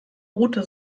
rothe